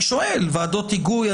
בראש ועדות היגוי?